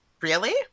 Really